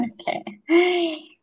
okay